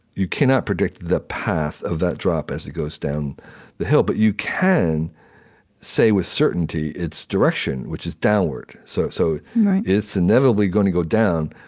you cannot predict the path of that drop as it goes down the hill. but you can say with certainty its direction, which is downward. so so it's inevitably gonna go down,